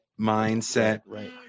mindset